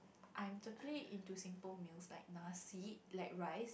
I'm totally in to simple meals like nasi like rice